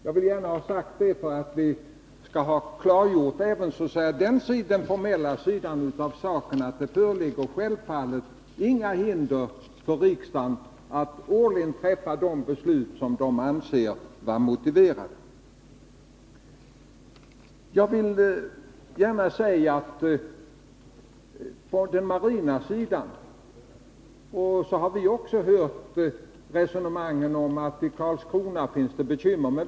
Jag vill gärna ha sagt detta för att klarlägga den formella sidan av saken. Det föreligger självfallet inga hinder för riksdagen att årligen träffa de beslut som den anser motiverade. Vi har också hört resonemanget om att det i Karlskrona finns bekymmer för sysselsättningen.